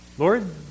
Lord